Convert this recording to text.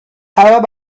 طلب